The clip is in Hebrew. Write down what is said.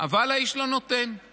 אבל האיש לא נותן,